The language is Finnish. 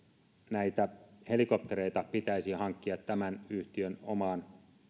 näitä helikoptereita pitäisi hankkia tämän yhtiön omaan